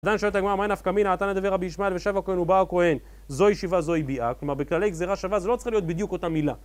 עדיין שואל הגמרא, מאי נפקא מינה? הא תנא דבי רבי ישמעאל, ושב הכהן ובא הכהן זו היא שיבה זו היא ביאה, כלומר בכללי גזירה שווה זה לא צריך להיות בדיוק אותה מילה